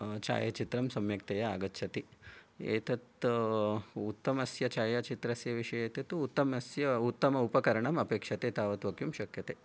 छायाचित्रं सम्यक्तया आगच्छति एतत् उत्तमस्य छायाचित्रस्य विषये तु उत्तमस्य उत्तम उपकरणम् अपेक्षते तावत् वक्तुं शक्यते